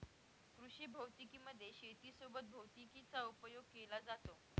कृषी भौतिकी मध्ये शेती सोबत भैतिकीचा उपयोग केला जातो